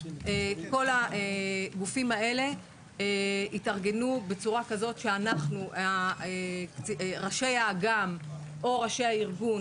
כל הגופים האלה התארגנו בצורה כזאת שאנחנו ראשי אג"מ או ראשי הארגון